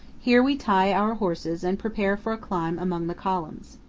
here we tie our horses and prepare for a climb among the columns.